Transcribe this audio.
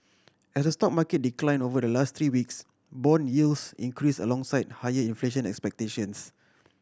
as the stock market decline over the last three weeks bond yields increase alongside higher inflation expectations